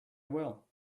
will